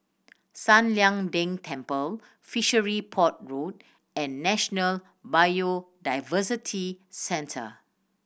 San Lian Deng Temple Fishery Port Road and National Biodiversity Centre